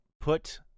put